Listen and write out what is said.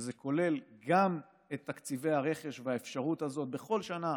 שזה כולל גם את תקציבי הרכש והאפשרות הזאת בכל שנה